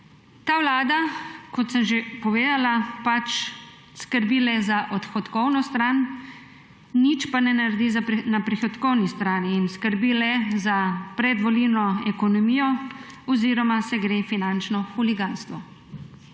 Ta vlada, kot sem že povedala, skrbi le za odhodkovno stran, nič pa ne naredi na prihodkovni strani. In skrbi le za predvolilno ekonomijo oziroma se gre finančno huliganstvo.